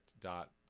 dot